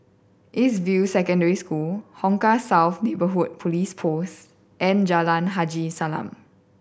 East View Secondary School Hong Kah South Neighbourhood Police Post and Jalan Haji Salam